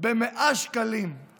ב-100 שקלים.